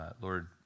Lord